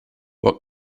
what